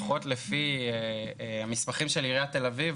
לפחות לפי המסמכים של עיריית תל אביב,